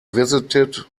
visited